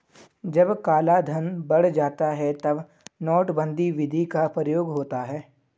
जब कालाधन बढ़ जाता है तब नोटबंदी विधि का प्रयोग होता है